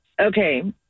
Okay